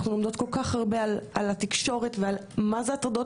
אנחנו לומדות כל כך הרבה על תקשורת ומה זה הטרדות